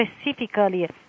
specifically